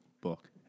book